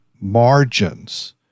margins